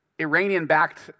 Iranian-backed